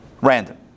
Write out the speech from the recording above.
Random